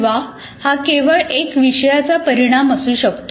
किंवा हा केवळ एक विषयाचा परिणाम असू शकतो